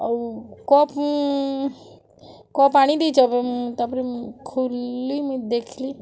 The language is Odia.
ଆଉ କପ୍ କପ୍ ଆଣିଦେଇଚ ତାପରେ ଖୁଲ୍ଲି ମୁଇଁ ଦେଖ୍ଲି